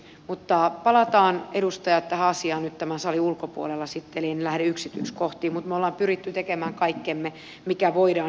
mutta palataan edustajat tähän asiaan nyt tämän salin ulkopuolella sitten eli en lähde yksityiskohtiin mutta me olemme pyrkineet tekemään kaikkemme sen mikä voidaan yhteiskunnallisesti tehdä